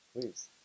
Please